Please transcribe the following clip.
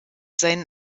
seinen